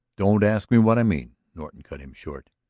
don't ask me what i mean, norton cut him short.